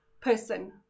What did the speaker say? person